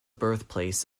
birthplace